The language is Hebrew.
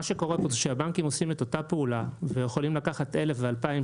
מה שקורה פה זה שהבנקים עושים את אותה פעולה ויכולים לקחת 1,000 ו-2,000